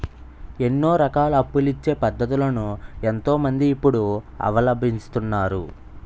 ఎన్నో రకాల అప్పులిచ్చే పద్ధతులను ఎంతో మంది ఇప్పుడు అవలంబిస్తున్నారు